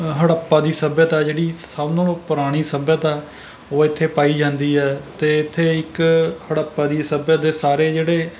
ਹੜੱਪਾ ਦੀ ਸੱਭਿਅਤਾ ਜਿਹੜੀ ਸਭ ਨਾਲੋਂ ਪੁਰਾਣੀ ਸੱਭਿਅਤਾ ਉਹ ਇੱਥੇ ਪਾਈ ਜਾਂਦੀ ਹੈ ਅਤੇ ਇੱਥੇ ਇੱਕ ਹੜੱਪਾ ਦੀ ਸੱਭਿਅਤਾ ਦੇ ਸਾਰੇ ਜਿਹੜੇ